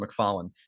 McFarlane